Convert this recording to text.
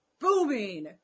booming